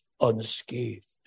unscathed